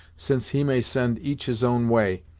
since he may send each his own way,